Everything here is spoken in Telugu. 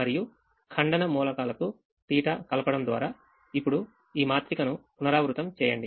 మరియు ఖండన మూలకాలకు θ తీట కలపడం ద్వారా ఇప్పుడు ఈమాత్రికను పునరావృతం చేయండి